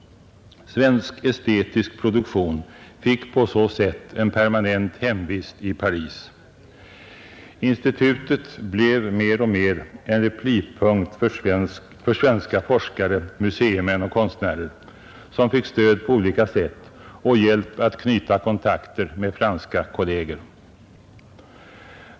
Svensk estetisk produktion fick på så sätt en permanent hemvist i Paris. Institutet blev mer och mer en replipunkt för svenska forskare, museimän och konstnärer, som fick stöd på olika sätt och hjälp att knyta kontakter med franska kolleger.